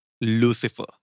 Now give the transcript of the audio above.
Lucifer